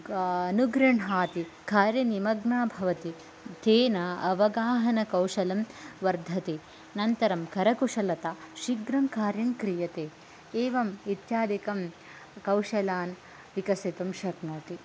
अनुग्रह्णाति कार्यनिमग्ना भवति तेन अवगाहनकौशलं वर्धते अनन्तरं करकुशलता शीघ्रं कार्यं क्रीयते एवम् इत्यादिकं कौशलान् विकसितुं शक्नोति